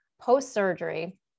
post-surgery